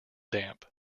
damp